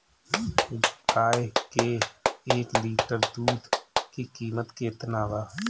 गाए के एक लीटर दूध के कीमत केतना बा?